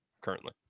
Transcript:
currently